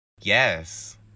Yes